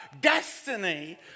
destiny